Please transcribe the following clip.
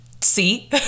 see